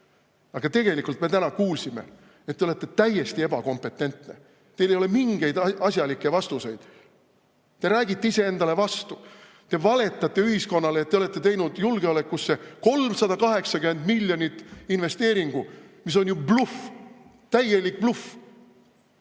Aga tegelikult me täna kuulsime, et te olete täiesti ebakompetentne. Teil ei ole mingeid asjalikke vastuseid. Te räägite iseendale vastu, te valetate ühiskonnale, et te olete teinud julgeolekusse 380 miljonit investeeringu, mis on ju bluff. Täielik bluff!